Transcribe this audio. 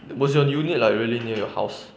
was your unit like really near your house